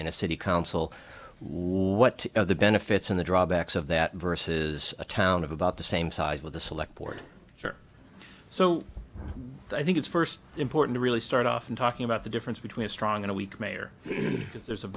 in a city council were what are the benefits and the drawbacks of that versus a town of about the same size with the select board so i think it's first important to really start off in talking about the difference between a strong and weak mayor because there's a